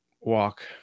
walk